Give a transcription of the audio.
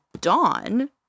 Dawn